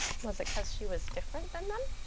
was it because she was different than them?